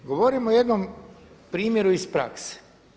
Govorim o jednom primjeru iz prakse.